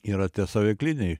yra tie saveikliniai